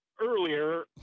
earlier